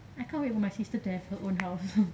I can't wait for my sister to have her own house